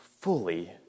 Fully